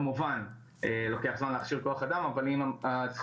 כמובן לוקח זמן להכשיר כוח אדם אבל אם הסבבים